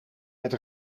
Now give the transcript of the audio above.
het